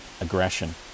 aggression